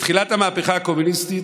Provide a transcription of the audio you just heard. בתחילת המהפכה הקומוניסטית